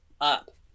up